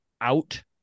out